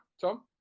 Tom